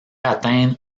atteindre